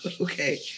Okay